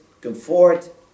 comfort